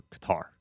Qatar